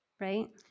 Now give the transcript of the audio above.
Right